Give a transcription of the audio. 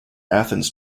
athens